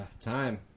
Time